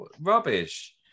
Rubbish